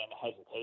hesitation